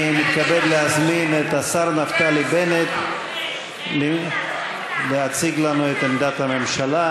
אני מתכבד להזמין את השר נפתלי בנט להציג לנו את עמדת הממשלה.